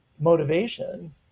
motivation